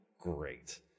great